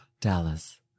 Dallas